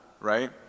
right